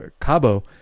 Cabo